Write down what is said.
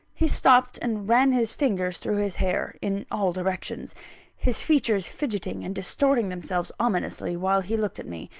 he stopped, and ran his fingers through his hair, in all directions his features fidgetting and distorting themselves ominously, while he looked at me.